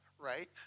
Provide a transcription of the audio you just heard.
right